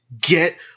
get